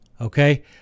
okay